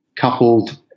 coupled